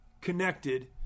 connected